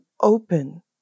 open